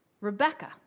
Rebecca